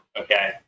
okay